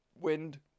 Wind